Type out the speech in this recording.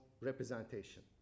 representation